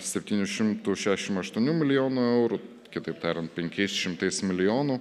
septynių šimtų šešim aštuonių milijonų eurų kitaip tariant penkiais šimtais milijonų